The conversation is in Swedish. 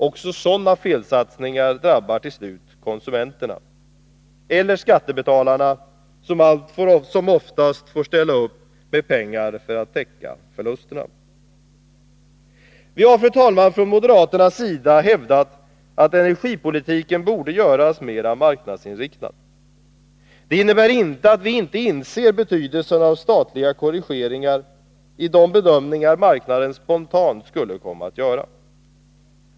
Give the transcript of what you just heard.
Också sådana felsatsningar drabbar till slut konsumenterna eller skattebetalarna, som får ställa upp med pengar för att täcka förlusterna. Fru talman! Vi har från moderaternas sida hävdat att energipolitiken borde göras mera marknadsinriktad. Det innebär inte att vi inte inser betydelsen av statliga korrigeringar i de bedömningar marknaden spontant skulle komma att göra.